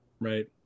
right